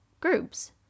groups